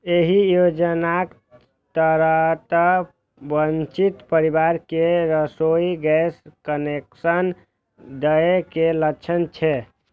एहि योजनाक तहत वंचित परिवार कें रसोइ गैस कनेक्शन दए के लक्ष्य छै